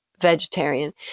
vegetarian